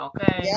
Okay